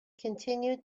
continued